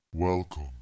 Welcome